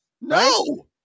no